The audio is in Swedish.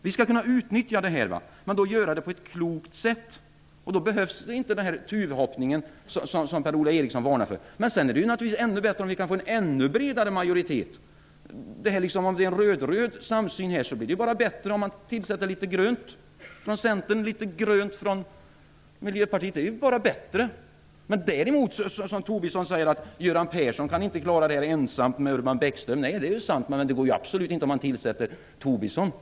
Vi skall kunna utnyttja detta, och göra det på ett klokt sätt. Då behövs inte den tuvhoppning som Per Ola Eriksson varnar för. Det är naturligtvis bättre om vi kan få en ännu bredare majoritet. Även om det är en röd-röd samsyn här så blir det ju bara bättre om man tillsätter litet grönt från Centern och Miljöpartiet. Lars Tobisson säger att Göran Persson inte kan klara det här ensam med hjälp av Urban Bäckström. Nej, det är ju sant. Och det går ju absolut inte om man tillsätter Tobisson.